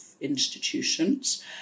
institutions